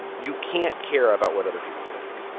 you can't care about what other people think.